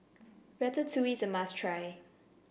Ratatouille is a must try